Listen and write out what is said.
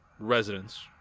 Residents